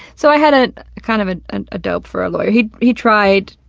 so i had a, kind of ah and a dope for a lawyer. he, he tried,